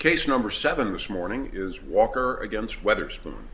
case number seven this morning is walker against wetherspoon